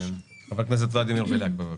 חבר הכנסת ולדימיר בליאק, בבקשה.